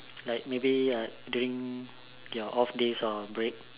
like maybe uh during your off days or break